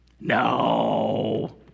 No